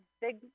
big